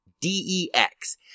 D-E-X